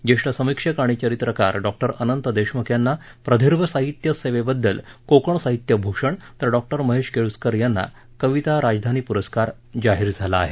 ज्येष्ठ समीक्षक आणि चरित्रकार डॅक्टर अनंत देशमुख यांना प्रदीर्घ साहित्य सेवेबद्दल कोकण साहित्य भूषण तर डॉक्टर महेश केळुसकर यांना कविता राजधानी पुरस्कार जाहीर झाला आहे